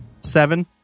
Seven